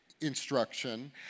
instruction